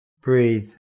breathe